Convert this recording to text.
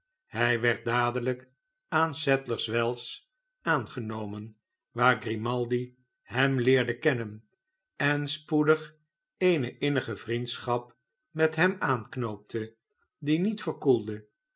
hij werd dadelijk aan sadlerswells aangenomen waar grimaldi hem leerde kennen en spoedig eene innige vriendschap met hem aanknoopte die niet verkoelde